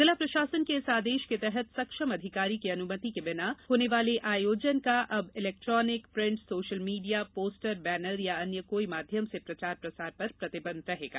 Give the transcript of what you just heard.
जिला प्रषासन के इस आदेश के तहत सक्षम अधिकारी की अनुमति के बिना होने वाले आयोजन का अब electronic print social media poster banner या अन्य कोई माध्यम से प्रचार प्रसार पर प्रतिबंधित रहेगा